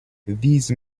these